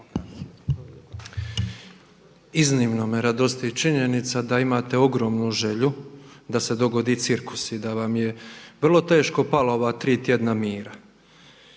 Iznimno me radosti činjenica da imate ogromnu želju da se dogodi cirkus i da vam je vrlo teško palo ova tri tjedna mira.